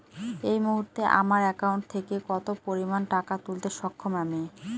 এই মুহূর্তে আমার একাউন্ট থেকে কত পরিমান টাকা তুলতে সক্ষম আমি?